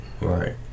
Right